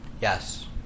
Yes